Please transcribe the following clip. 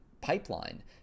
pipeline